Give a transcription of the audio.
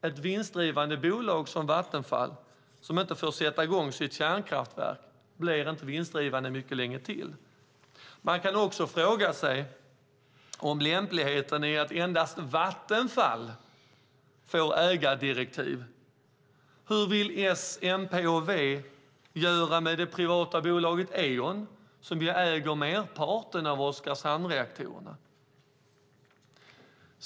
Ett vinstdrivande bolag som Vattenfall som inte får sätta i gång sitt kärnkraftverk blir inte vinstdrivande särskilt länge. Man kan fråga sig om lämpligheten i att endast Vattenfall får ägardirektiv. Hur vill S, MP och V göra med det privata bolaget Eon som ju äger merparten av Oskarshamnsreaktorerna?